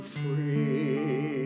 free